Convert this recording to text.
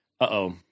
Uh-oh